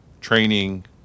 training